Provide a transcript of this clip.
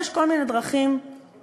יש כל מיני דרכים לנסות